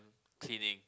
cleaning